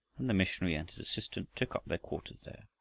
and the missionary and his assistant took up their quarters there,